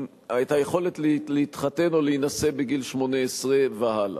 היכולת להתחתן או להינשא בגיל 18 והלאה.